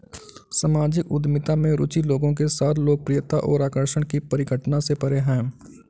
सामाजिक उद्यमिता में रुचि लोगों के साथ लोकप्रियता और आकर्षण की परिघटना से परे है